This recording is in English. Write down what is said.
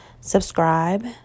subscribe